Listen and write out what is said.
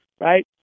right